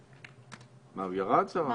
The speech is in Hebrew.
קשר.